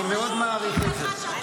אני מאוד מעריך את זה.